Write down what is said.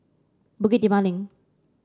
Bukit Timah Link